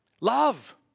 love